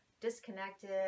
disconnected